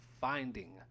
finding